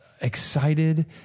excited